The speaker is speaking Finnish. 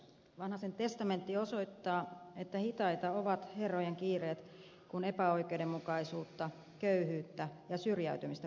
vanhasen testamentti osoittaa että hitaita ovat herrojen kiireet kun epäoikeudenmukaisuutta köyhyyttä ja syrjäytymistä poistetaan